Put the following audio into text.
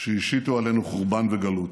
שהשיתו עלינו חורבן וגלות.